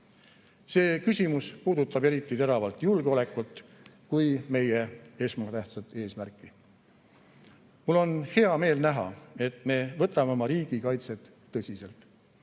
küsimus puudutab eriti teravalt julgeolekut kui meie esmatähtsat eesmärki. Mul on hea meel näha, et me võtame oma riigi kaitset tõsiselt.